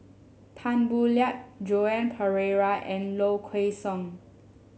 Tan Boo Liat Joan Pereira and Low Kway Song